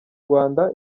rwanda